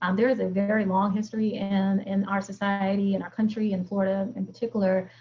um there is a very long history and in our society, in our country and florida in particular,